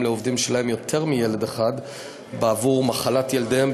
לעובדים שלהם יותר מילד אחד בעבור מחלת ילדיהם,